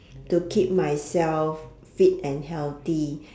to keep myself fit and healthy